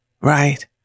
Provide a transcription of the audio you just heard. right